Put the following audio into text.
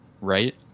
Right